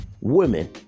women